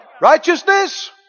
Righteousness